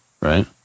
right